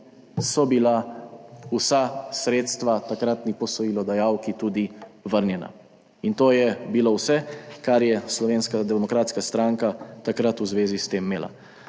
so bila vsa sredstva takratni posojilodajalki tudi vrnjena. In to je bilo vse, kar je Slovenska demokratska stranka takrat v zvezi s tem imela.